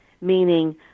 meaning